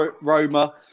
Roma